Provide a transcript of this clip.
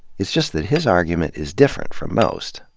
it's just that his argument is different from most.